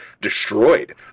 destroyed